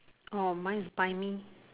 orh mine is by me